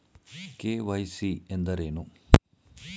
KYC ಎಂದರೇನು?